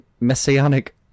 messianic